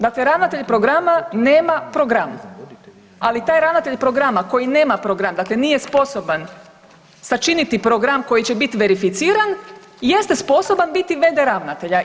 Dakle, ravnatelj programa nema program, ali taj ravnatelj programa koji nema program dakle nije sposoban sačiniti program koji će biti verificiran jeste sposoban biti v.d. ravnatelja.